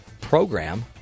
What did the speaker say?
program